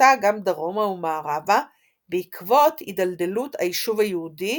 שהתפשטה גם דרומה ומערבה בעקבות הידלדלות היישוב היהודי